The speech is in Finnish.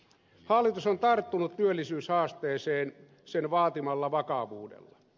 hallitus on tarttunut työllisyyshaasteeseen sen vaatimalla vakavuudella